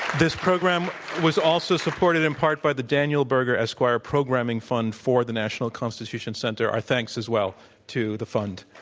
this program was also supported in part by the daniel berger, esquire, programming fund for the national constitution center. our thanks as well to the fund.